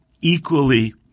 equally